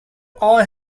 all